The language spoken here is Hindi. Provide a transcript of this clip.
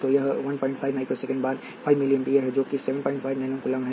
तो यह 15 माइक्रो सेकेंड बार 5 मिली एम्पीयर है जो कि 75 नैनो कूलम्ब है